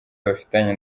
bafitanye